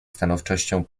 stanowczością